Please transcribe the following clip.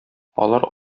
алар